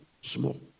small